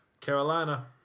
Carolina